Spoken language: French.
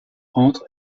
entre